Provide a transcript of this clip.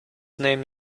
named